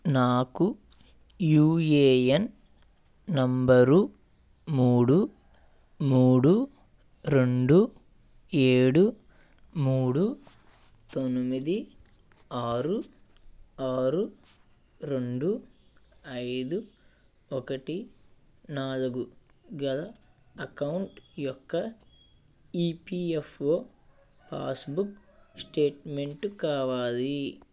నాకు UAN number మూడు మూడు రెండు ఏడు మూడు తొనిమిది ఆరు ఆరు రెండు ఐదు ఒకటి నాలుగు గల అకౌంట్ యొక్క ఈపిఎఫ్ఓ పాస్బుక్ స్టేట్మెంటు కావాలి